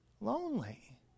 lonely